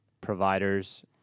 providers